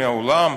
מהעולם,